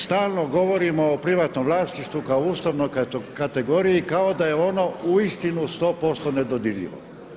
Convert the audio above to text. Stalno govorimo o privatnom vlasništvu kao ustavnoj kategoriji kao da je ono uistinu 100% nedodirljivo.